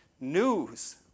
news